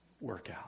workout